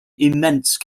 immense